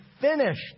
finished